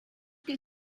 que